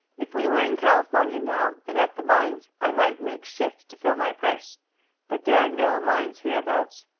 if we were in california now and at the mines, i might make shift to fill my purse but there are no mines hereabouts.